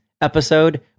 episode